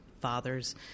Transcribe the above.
fathers